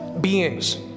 beings